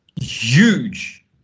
huge